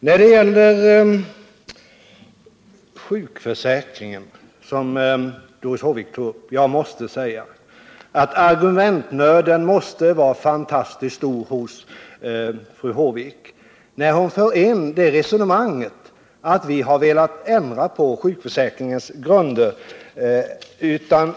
När det gäller sjukförsäkringen, som Doris Håvik tog upp, måste argumentnöden vara fantastiskt stor hos fru Håvik, som för in resonemanget att vi har velat ändra på sjukförsäkringens grunder.